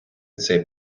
цей